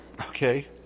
Okay